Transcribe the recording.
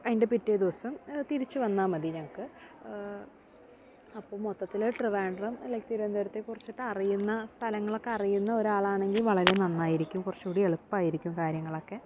അതിൻ്റെ പിറ്റേ ദിവസം തിരിച്ച് വന്നാൽ മതി ഞങ്ങൾക്ക് അപ്പം മൊത്തത്തിൽ ട്രിവാൻഡ്രം അല്ലെ തിരുവനന്തപുരത്തെക്കുറിച്ച് അറിയുന്ന സ്ഥലങ്ങളൊക്കെ അറിയുന്ന ഒരാളാണെങ്കിൽ വളരെ നന്നായിരിക്കും കുറച്ചുകൂടി എളുപ്പമായിരിക്കും കാര്യങ്ങളൊക്കെ